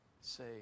say